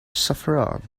saffron